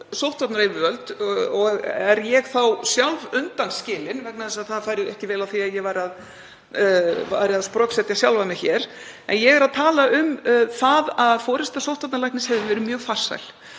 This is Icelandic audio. sóttvarnayfirvöld — og er ég þá sjálf undanskilin vegna þess að ekki færi vel á því að ég væri að sproksetja sjálfa mig hér. En ég er að tala um að forysta sóttvarnalæknis hefur verið mjög farsæl,